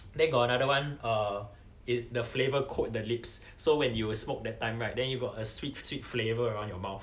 then got another one err is the flavour coat the lips so when you smoke that time right then you got a sweet sweet flavour around your mouth